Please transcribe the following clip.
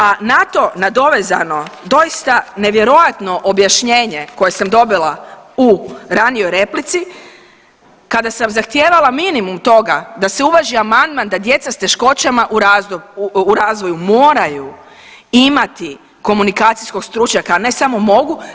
A na to nadovezano doista nevjerojatno objašnjenje koje sam dobila u ranijoj replici kada sam zahtijevala minimum toga da se uvaži amandman da djeca s teškoćama u razvoju moraju imati komunikacijskog stručnjaka, ne samo mogu.